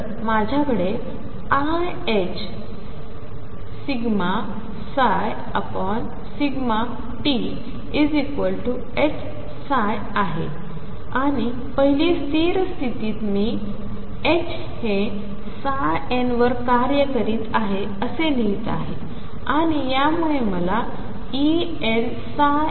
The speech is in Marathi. तर माझ्याकडेiℏ∂ψ∂tH आहे आणिपहिलीस्थिरस्थितीतमी ̂ Hहेnवरकार्यकरीतआहेअसेलिहितआहेआणियामुळेमलाEnn